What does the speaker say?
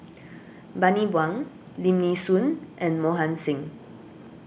Bani Buang Lim Nee Soon and Mohan Singh